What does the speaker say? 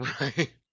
Right